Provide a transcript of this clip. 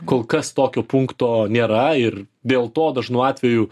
kol kas tokio punkto nėra ir dėl to dažnu atveju